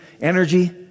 energy